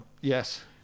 Yes